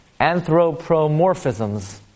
anthropomorphisms